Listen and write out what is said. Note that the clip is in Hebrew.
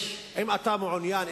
אם אתה מעוניין,